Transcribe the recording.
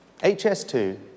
HS2